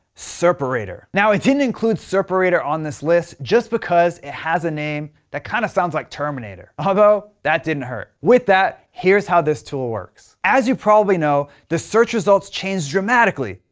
serperator. now i didn't include serperator on this list, just because it has a name that kind of sounds like terminator. although, that didn't hurt. with that, here is how this tool works. as you probably know, the search results change dramatically,